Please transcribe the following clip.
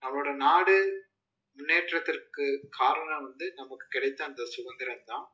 நம்மளோடய நாடு முன்னேற்றத்திற்கு காரணம் வந்து நமக்கு கிடைத்த அந்த சுதந்திரம்தான்